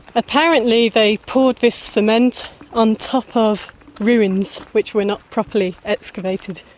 apparently they poured this cement on top of ruins which were not properly excavated.